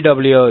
W